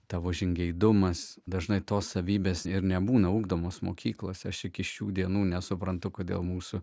tavo žingeidumas dažnai tos savybės ir nebūna ugdomos mokyklos aš iki šių dienų nesuprantu kodėl mūsų